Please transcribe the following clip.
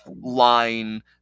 line